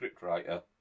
scriptwriter